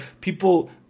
People –